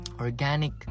organic